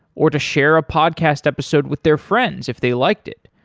or to share a podcast episode with their friends if they liked it?